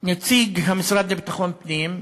נציג המשרד לביטחון הפנים,